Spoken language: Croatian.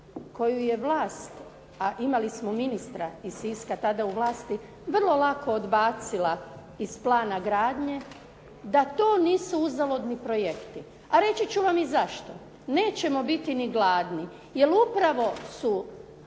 koju je vlast a imali smo ministra iz Siska tada u vlasti vrlo lako odbacila iz plana gradnje da to nisu uzaludni projekti. A reći ću vam i zašto. Nećemo biti ni gladni jer upravo su